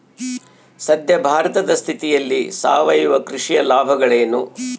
ಸದ್ಯ ಭಾರತದ ಸ್ಥಿತಿಯಲ್ಲಿ ಸಾವಯವ ಕೃಷಿಯ ಲಾಭಗಳೇನು?